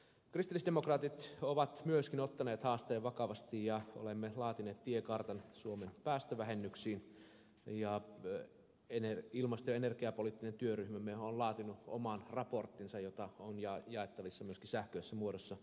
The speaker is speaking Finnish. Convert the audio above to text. kristillisdemokraatit ovat myöskin ottaneet haasteen vakavasti ja olemme laatineet tiekartan suomen päästövähennyksistä ja ilmasto ja energiapoliittinen työryhmämmehän on laatinut oman raporttinsa jota on jaettavissa myöskin sähköisessä muodossa